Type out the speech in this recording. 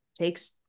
takes